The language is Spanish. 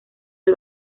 del